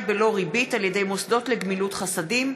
בלא ריבית על ידי מוסדות לגמילות חסדים,